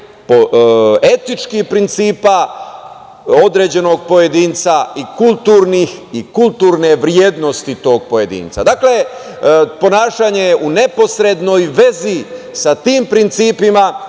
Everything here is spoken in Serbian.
etičkih principa određenog pojedinca i kulturne vrednosti tog pojedinca. Dakle, ponašanje je u neposrednoj vezi sa tim principima